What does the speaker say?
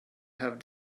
have